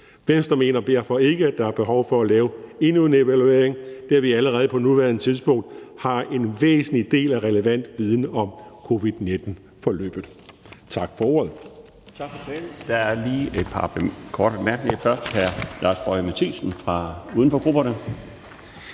Venstre mener derfor ikke, at der er behov for at lave endnu en evaluering, da vi allerede på nuværende tidspunkt har en væsentlig del af den relevante viden om covid-19-forløbet. Tak for ordet.